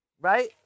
Right